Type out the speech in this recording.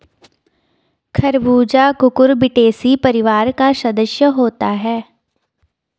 खरबूजा कुकुरबिटेसी परिवार का सदस्य होता है